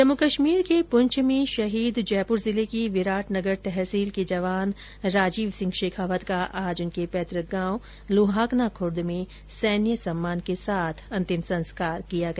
जम्मू कश्मीर के पुंछ में शहीद जयपुर जिले की विराटनगर तहसील के जवान राजीव सिंह शेखावत का आज उनके पैतुक गांव लुहाकना खूर्द में सैन्य सम्मान के साथ अंतिम संस्कार किया गया